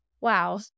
Wow